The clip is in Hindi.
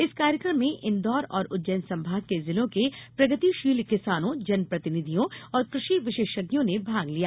इस कार्यक्रम में इंदौर और उज्जैन संभाग के जिलों के प्रगतिशील किसानों जनप्रतिनिधियों और कृषि विशेषज्ञों ने भाग लिया